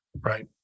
Right